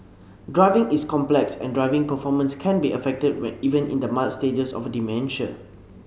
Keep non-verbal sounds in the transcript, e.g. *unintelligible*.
driving is complex and driving performance can be affected *unintelligible* even in the mild stages of dementia